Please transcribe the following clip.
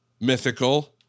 Mythical